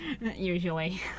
usually